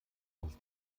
aus